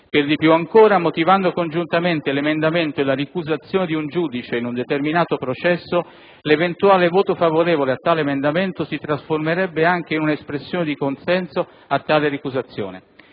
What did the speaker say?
Per dì più ancora, motivando congiuntamente l'emendamento e la ricusazione di un giudice in un determinato processo, l'eventuale voto favorevole a tale emendamento si trasformerebbe anche in una espressione di consenso a questa ricusazione.